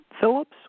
Phillips